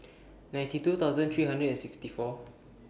ninety two thousand three hundred and sixty four